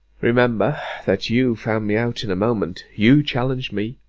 remember, that you found me out in a moment. you challenged me.